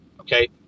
okay